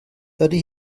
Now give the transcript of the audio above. dydy